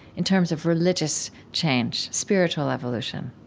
in terms of religious change, spiritual evolution,